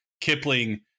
Kipling